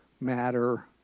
matter